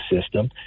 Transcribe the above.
system